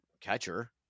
catcher